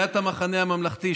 סיעת המחנה הממלכתי,